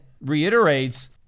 reiterates